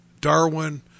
Darwin